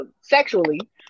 sexually